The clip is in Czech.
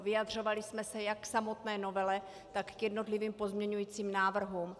Vyjadřovali jsme se jak k samotné novele, tak k jednotlivým pozměňujícím návrhům.